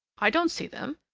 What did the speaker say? i don't see them!